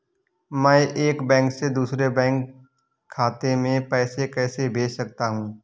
मैं एक बैंक से दूसरे बैंक खाते में पैसे कैसे भेज सकता हूँ?